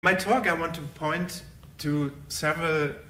In my talk, I want to point to several...